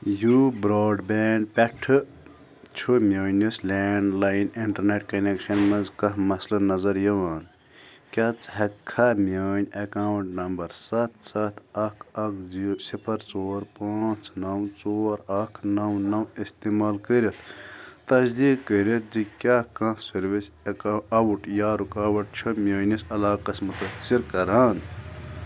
U broadband پٮ۪ٹھٕ چھُ میٛٲنِس لینٛڈ لایِن اِنٹَرنٮ۪ٹ کَنٮ۪کشَن منٛز کانٛہہ مسلہٕ نظر یوان کیٛاہ ژٕ ہٮ۪ککھا میٛٲنۍ اٮ۪کاوُنٛٹ نمبر ستھ ستھ اکھ اکھ صِفر ژور پانٛژھ نَو ژور اکھ نَو نَو اِستعمال کٔرِتھ تصدیٖق کٔرِتھ زِ کیٛاہ کانٛہہ سٔروِس ہٮ۪کو آوُٹ یا رُکاوَٹ چھےٚ میٛٲنِس علاقس متٲثر کران